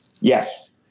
Yes